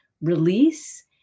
release